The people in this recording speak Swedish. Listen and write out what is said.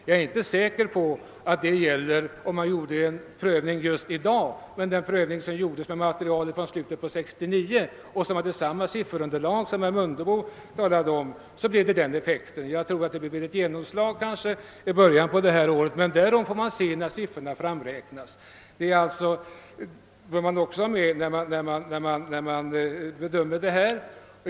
Jag är inte säker på att resultatet skulle blivit detsamma om man hade gjort den prövningen i dag, men det blev effekten vid den prövning som gjordes i slutet på 1969 och som hade samma sifferunderlag som det herr Mundebo här talade om. Det kan möjligen nu ha blivit ett genomslag i början på detta år. Det får vi se när siffrorna räknats fram.